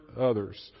others